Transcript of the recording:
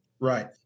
Right